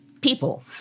people